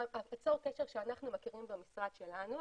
שאנחנו מכירים במשרד שלנו,